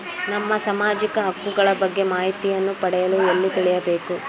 ನಮ್ಮ ಸಾಮಾಜಿಕ ಹಕ್ಕುಗಳ ಬಗ್ಗೆ ಮಾಹಿತಿಯನ್ನು ಪಡೆಯಲು ಎಲ್ಲಿ ತಿಳಿಯಬೇಕು?